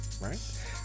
right